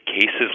cases